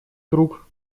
круг